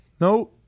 no